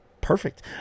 perfect